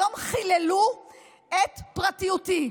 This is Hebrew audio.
היום חיללו את פרטיותי.